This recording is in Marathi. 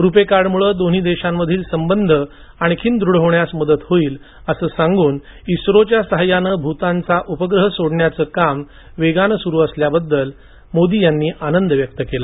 रूपे कार्डमुळे दोन्ही देशांमधील संबंध आणखी दृढ होण्यास मदत होईल असं सांगून इस्रोच्या सहाय्यानं भूतानचा उपग्रह सोडण्यासाठीचं काम वेगानं सुरू असल्याबद्दल पंतप्रधानांनी आनंद व्यक्त केला